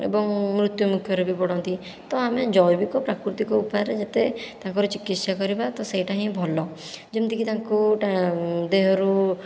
ଏବଂ ମୃତ୍ୟୁ ମୁଖରେ ବି ପଡ଼ନ୍ତି ତ ଆମେ ଜୈବିକ ପ୍ରାକୃତିକ ଉପାୟରେ ଯେତେ ତାଙ୍କର ଚିକିତ୍ସା କରିବା ତ ସେଇଟା ହିଁ ଭଲ ଯେମିତିକି ତାଙ୍କୁ ଦେହରୁ